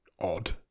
odd